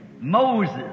Moses